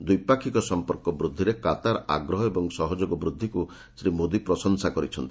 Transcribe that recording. ଦ୍ୱିପାକ୍ଷିକ ସଂପର୍କ ବୃଦ୍ଧିରେ କାତାରର ଆଗ୍ରହ ଓ ସହଯୋଗ ବୃଦ୍ଧିକୁ ଶ୍ରୀ ମୋଦି ପ୍ରଶଂସା କରିଛନ୍ତି